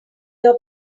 your